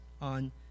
on